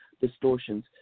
distortions